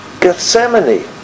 Gethsemane